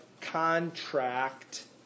contract